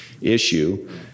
issue